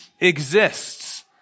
exists